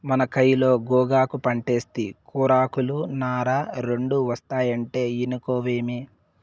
మన కయిలో గోగాకు పంటేస్తే కూరాకులు, నార రెండూ ఒస్తాయంటే ఇనుకోవేమి